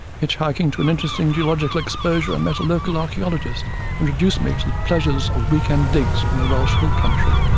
hitch-hiking to an interesting geological exposure i met a local archaeologist introduced me to the pleasure of weekend digs in the welsh hill country.